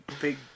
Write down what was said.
big